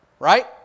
Right